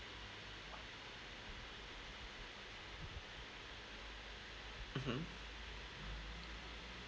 mmhmm